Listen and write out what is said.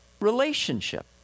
relationship